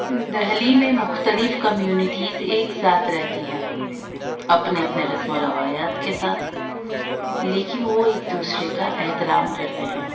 دلی میں مختلف کمیونٹیز ایک ساتھ رہتی ہیں اپنے اپنے رسم و روایات کے ساتھ لیکن وہ ایک دوسرے کا احترام کرتے ہیں